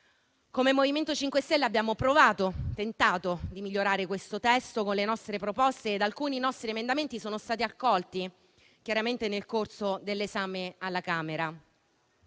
Come MoVimento 5 Stelle abbiamo tentato di migliorare questo testo con le nostre proposte e alcuni nostri emendamenti sono stati accolti, chiaramente, nel corso dell'esame alla Camera